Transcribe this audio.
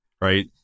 Right